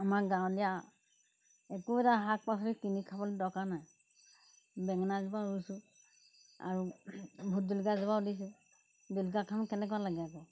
আমাৰ গাঁৱলীয়া একো এটা শাক পাচলি কিনি খাবলৈ দৰকাৰ নাই বেঙেনা এজোপা ৰুইছোঁ আৰু ভোট জলকীয়া এজোপাও দিছোঁ কেনেকুৱা লাগে আকৌ